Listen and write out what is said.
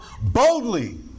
boldly